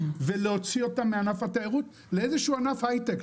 ולהוציא אותם מענף התיירות לאיזשהו ענף היי-טק,